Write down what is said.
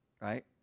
right